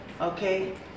okay